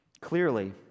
Clearly